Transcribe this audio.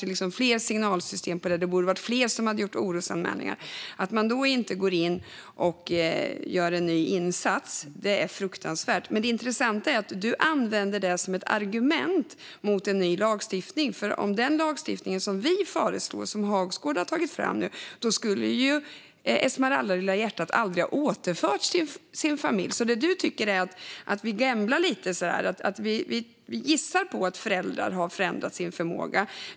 Det fanns fler signalsystem, och fler borde ha gjort orosanmälningar. Att kommunen då inte gjorde en ny insats är fruktansvärt. Men det intressanta är att du använder det som ett argument mot en ny lagstiftning. Om den lagstiftning som vi föreslår och som Hagsgård har tagit fram hade funnits, skulle ju Esmeralda, "Lilla hjärtat", aldrig ha återförts till sin familj. Du tycker att vi gamblar lite, att vi gissar på att föräldrar har förändrat sin förmåga.